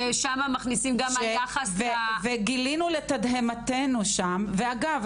ששם מכניסים גם את היחס --- וגילינו לתדהמתנו שם ואגב,